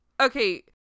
okay